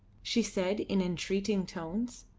she said in entreating tones.